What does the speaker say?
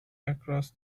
across